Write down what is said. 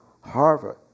Harvard